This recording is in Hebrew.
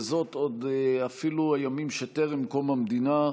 עוד אפילו בימים שטרם קום המדינה,